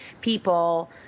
people